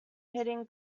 hitting